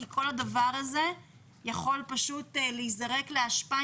כי כל הדבר הזה יכול להיזרק לאשפה,